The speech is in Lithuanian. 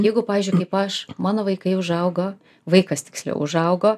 jeigu pavyzdžiui kaip aš mano vaikai užaugo vaikas tiksliau užaugo